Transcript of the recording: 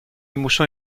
muszę